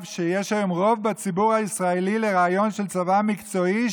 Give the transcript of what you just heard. שיש היום רוב בציבור הישראלי לרעיון של צבא מקצועי,